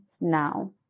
now